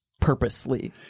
purposely